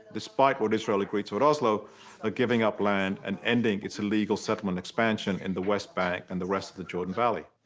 despite what israel agreed to at oslo, of giving up land and ending its illegal settlement expansion in the west bank and the rest of the jordan valley.